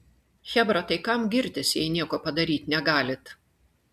chebra tai kam girtis jei nieko padaryt negalit